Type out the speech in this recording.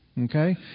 Okay